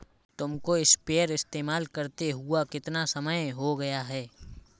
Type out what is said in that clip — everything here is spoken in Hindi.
तुमको स्प्रेयर इस्तेमाल करते हुआ कितना समय हो गया है?